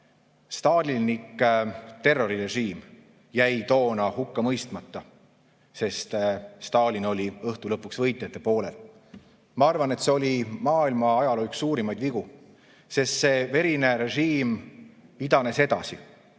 Stalinlik terrorirežiim jäi toona hukka mõistmata, sest Stalin oli õhtu lõpuks võitjate poolel. Ma arvan, et see oli maailma ajaloo üks suurimaid vigu, sest see verine režiim idanes edasi